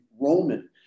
roman